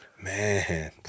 Man